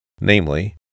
namely